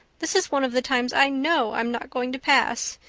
this is one of the times i know i'm not going to pass.